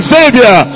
Savior